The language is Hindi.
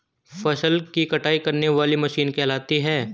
फसल की कटाई करने वाली मशीन कहलाती है?